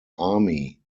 army